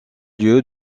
lieu